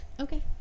Okay